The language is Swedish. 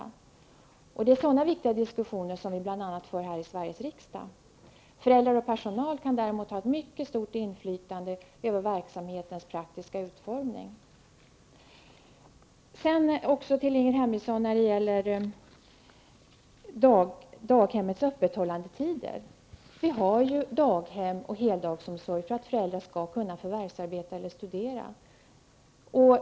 Det är bl.a. sådana viktiga saker vi diskuterar här i Sveriges riksdag. Föräldrar och personal kan däremot ha ett mycket stort inflytande över verksamhetens praktiska utformning. Så några ord också med anledning av det Ingrid Hemmingsson säger om daghemmens öppethållandetider. Vi har ju daghem och heldagsomsorg för att föräldrar skall kunna förvärvsarbeta och studera.